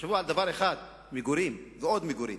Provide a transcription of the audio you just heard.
יחשבו על דבר אחד מגורים ועוד מגורים.